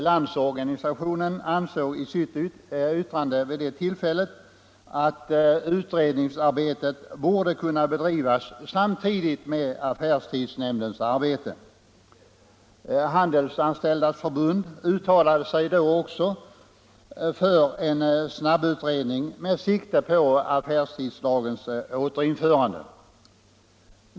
LO ansåg i sitt yttrande att utredningsarbetet borde kunna bedrivas samtidigt med affärstidsnämndens arbete. Handelsanställdas förbund uttalade sig då också för en snabbutredning med sikte på affärstidslagens återinförande.